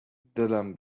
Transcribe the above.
دلم